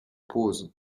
pause